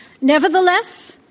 Nevertheless